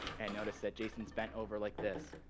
and notice that jason's bent over like this.